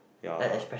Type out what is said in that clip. ya